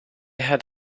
had